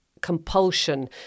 compulsion